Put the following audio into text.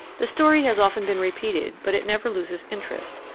the story has often been repeated, but it never loses interest,